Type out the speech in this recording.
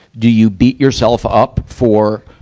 do you beat yourself up for,